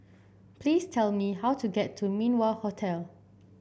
please tell me how to get to Min Wah Hotel